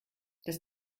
das